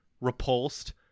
repulsed